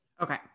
Okay